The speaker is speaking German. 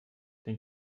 den